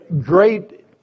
great